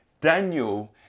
Daniel